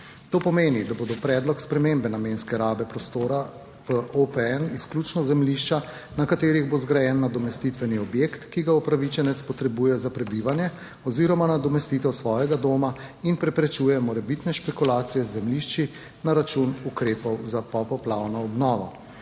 to pomeni, da bodo predlog spremembe namenske rabe prostora v OPN izključno zemljišča, na katerih bo zgrajen nadomestitveni objekt, ki ga upravičenec potrebuje za prebivanje oziroma nadomestitev svojega doma in preprečuje morebitne špekulacije z zemljišči na račun ukrepov za popoplavno obnovo.